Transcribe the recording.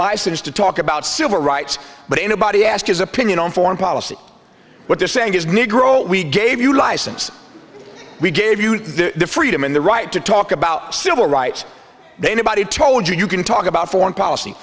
license to talk about civil rights but anybody ask his opinion on foreign policy what they're saying is negro we gave you license we gave you the freedom and the right to talk about civil rights they nobody told you you can talk about foreign policy